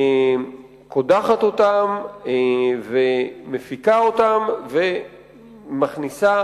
קודחת אותם ומפיקה אותם, ומכניסה